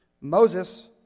Moses